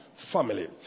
family